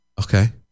Okay